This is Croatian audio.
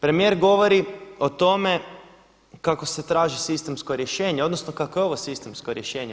Premijer govori o tome kako se traži sistemsko rješenje, odnosno kako je ovo sistemsko rješenje.